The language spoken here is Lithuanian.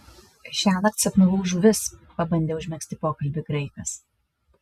šiąnakt sapnavau žuvis pabandė užmegzti pokalbį graikas